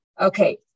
Okay